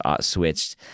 switched